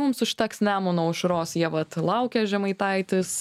mums užteks nemuno aušros jie vat laukia žemaitaitis